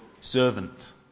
servant